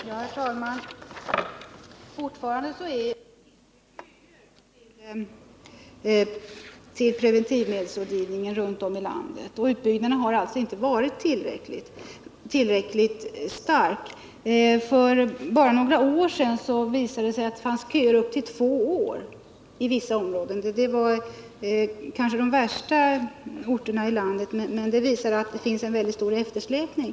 Herr talman! Fortfarande finns det köer till preventivmedelsrådgivningen runt om i landet. Utbyggnaden har alltså inte varit tillräcklig. För bara några år sedan visade det sig att det fanns köer på upp till två år i vissa områden. Det var kanske de värsta orterna i landet i detta avseende, men detta visar att det finns en mycket stor eftersläpning.